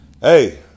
Hey